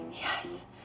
Yes